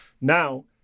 now